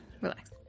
relax